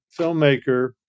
filmmaker